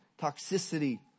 toxicity